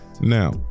Now